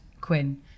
Quinn